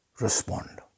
respond